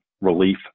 relief